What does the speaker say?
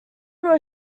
were